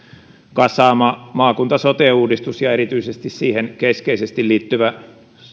kasaama maakunta sote uudistus ja erityisesti siihen keskeisesti liittyvä